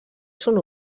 són